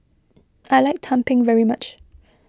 I like Tumpeng very much